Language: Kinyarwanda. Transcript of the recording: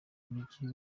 mujyi